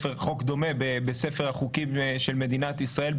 חוק דומה בספר החוקים של מדינת ישראל,